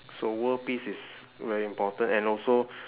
so world peace is very important and also